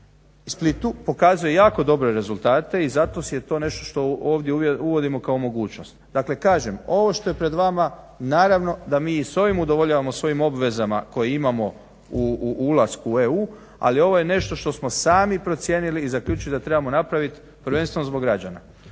Splitu, pokazuje jako dobre rezultate, i zato je to nešto što ovdje uvodimo kao mogućnost. Dakle kažem ovo što je pred vama naravno da mi i s ovim udovoljavamo, s ovim obvezama koje imamo u ulasku u EU, ali ovo je nešto što smo sami procijenili i zaključili da trebamo napraviti, prvenstveno zbog građana.